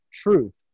truth